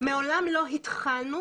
מעולם לא התחלנו,